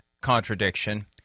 contradiction